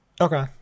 Okay